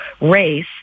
race